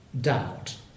doubt